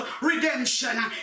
redemption